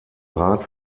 rat